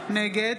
נגד